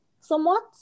somewhat